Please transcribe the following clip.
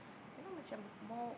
you know macam more